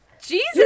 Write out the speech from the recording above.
Jesus